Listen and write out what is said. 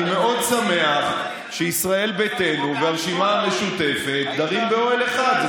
אני מאוד שמח שישראל ביתנו והרשימה המשותפת גרים באוהל אחד.